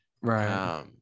Right